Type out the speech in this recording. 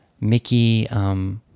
Mickey